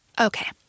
Okay